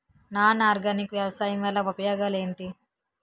Non organic వ్యవసాయం వల్ల ఉపయోగాలు ఏంటీ?